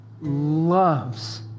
loves